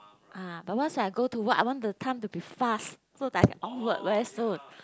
ah but once I go to work I want the time to be fast so that I can off work very soon